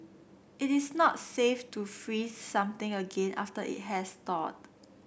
it is not safe to freeze something again after it has thawed